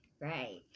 Right